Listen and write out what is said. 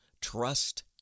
Trust